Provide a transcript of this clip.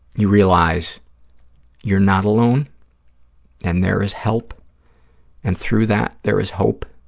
you realize you're not alone and there is help and, through that, there is hope,